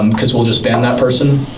um cause we'll just ban that person.